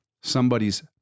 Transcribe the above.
somebody's